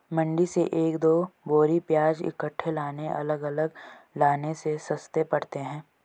मंडी से एक दो बोरी प्याज इकट्ठे लाने अलग अलग लाने से सस्ते पड़ते हैं